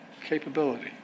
capability